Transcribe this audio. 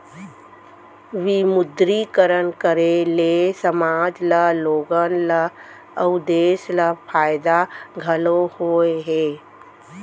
विमुद्रीकरन करे ले समाज ल लोगन ल अउ देस ल फायदा घलौ होय हे